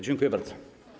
Dziękuję bardzo.